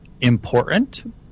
important